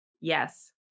Yes